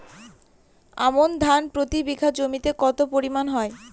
আমন ধান প্রতি বিঘা জমিতে কতো পরিমাণ হয়?